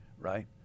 right